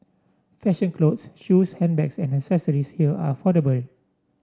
fashion clothes shoes handbags and accessories here are affordable